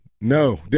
no